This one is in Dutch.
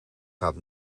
gaat